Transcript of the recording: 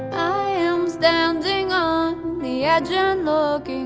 i am standing on the edge and looking